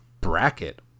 bracket